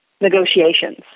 negotiations